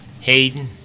hayden